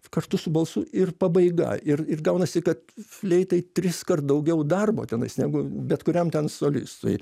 kartu su balsu ir pabaiga ir ir gaunasi kad fleitai triskart daugiau darbo tenais negu bet kuriam ten solistui